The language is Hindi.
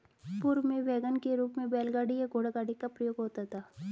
पूर्व में वैगन के रूप में बैलगाड़ी या घोड़ागाड़ी का प्रयोग होता था